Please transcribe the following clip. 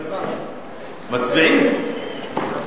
מצביעים.